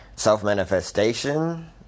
Self-manifestation